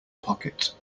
pocket